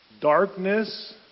Darkness